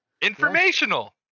Informational